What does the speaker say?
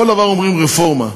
כל דבר אומרים "רפורמה",